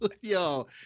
Yo